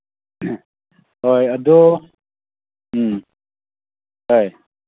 ꯍꯣꯏ ꯑꯗꯨ ꯎꯝ ꯍꯣꯏ